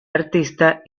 artista